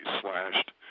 slashed